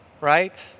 right